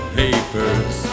papers